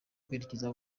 kwerekeza